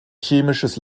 chemisches